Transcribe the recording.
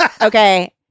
Okay